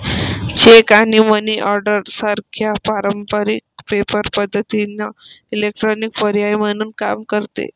check आणि money order सारख्या पारंपारिक पेपर पद्धतींना इलेक्ट्रॉनिक पर्याय म्हणून काम करते